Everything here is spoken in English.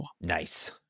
Nice